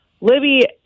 Libby